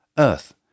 Earth